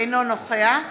אינו נוכח